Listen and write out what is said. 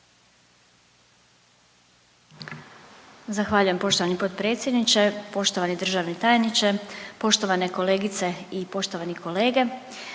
Zahvaljujem poštovani potpredsjedniče. Poštovani državni tajniče, poštovane kolegice i poštovani kolege,